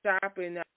shopping